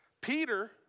Peter